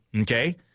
Okay